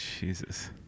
Jesus